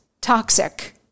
toxic